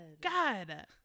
God